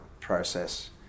process